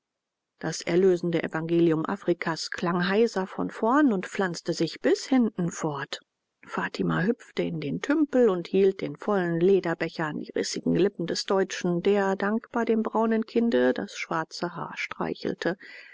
das erlösende evangelium afrikas klang heiser von vorn und pflanzte sich bis hinten fort fatima hüpfte in den tümpel und hielt den vollen lederbecher an die rissigen lippen des deutschen der dankbar dem braunen kinde das schwarze haar streichelte